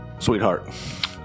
Sweetheart